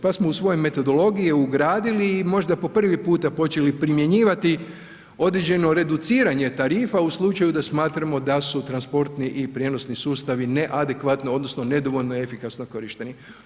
Pa smo u svoju metodologije ugradili i možda po prvi puta počeli primjenjivati određeno reduciranje tarifa u slučaju da smatramo da su transportni i prijenosni sustavi neadekvatno odnosno nedovoljno efikasno korišteni.